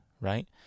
right